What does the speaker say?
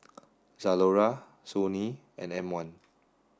Zalora Sony and M one